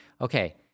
okay